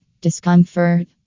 Discomfort